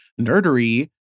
nerdery